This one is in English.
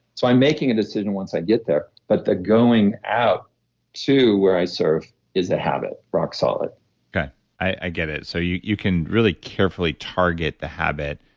so i'm making a decision once i get there but the going out to where i surf is a habit. rock solid i get it. so you you can really carefully target the habit,